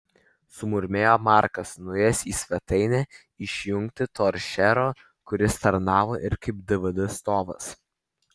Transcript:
sumurmėjo markas nuėjęs į svetainę išjungti toršero kuris tarnavo ir kaip dvd stovas